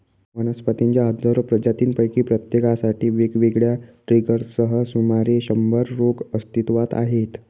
वनस्पतींच्या हजारो प्रजातींपैकी प्रत्येकासाठी वेगवेगळ्या ट्रिगर्ससह सुमारे शंभर रोग अस्तित्वात आहेत